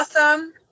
Awesome